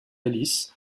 ellis